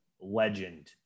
legend